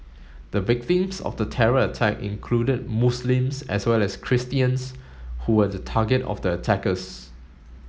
the victims of the terror attack included Muslims as well as Christians who were the target of the attackers